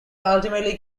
ultimately